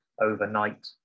overnight